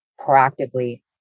proactively